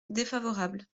défavorable